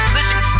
Listen